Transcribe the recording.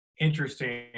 Interesting